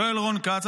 שואל רון כץ.